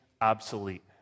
obsolete